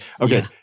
Okay